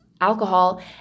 alcohol